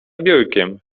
biurkiem